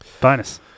Bonus